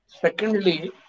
Secondly